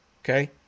Okay